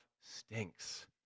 stinks